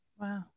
Wow